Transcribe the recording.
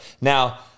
Now